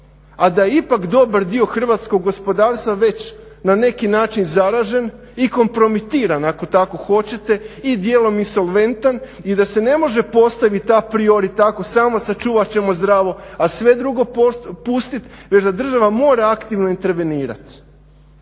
a da ipak dobar dio hrvatskog gospodarstva već na neki način zaražen i kompromitiran ako tako hoćete i dijelom insolventan i da se ne može postaviti a priori tako samo sačuvat ćemo zdravo a sve drugo pustiti već da država mora aktivno intervenirati.